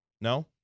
No